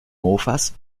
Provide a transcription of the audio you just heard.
mofas